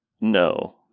No